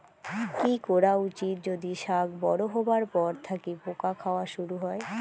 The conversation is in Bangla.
কি করা উচিৎ যদি শাক বড়ো হবার পর থাকি পোকা খাওয়া শুরু হয়?